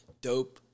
dope